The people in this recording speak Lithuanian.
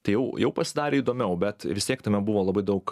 tai jau jau pasidarė įdomiau bet vis tiek tame buvo labai daug